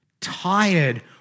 tired